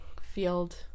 field